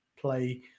play